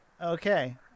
okay